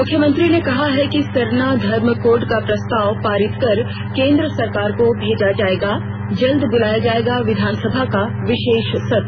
मुख्यमंत्री ने कहा है कि सरना धर्म कोड का प्रस्ताव पारित कर केंद्र सरकार को भेजा जाएगा जल्द बुलाया जायेगा विधानसभा का विशेष सत्र